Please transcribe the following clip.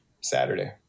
Saturday